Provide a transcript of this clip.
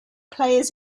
players